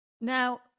Now